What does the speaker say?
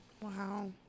Wow